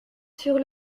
sur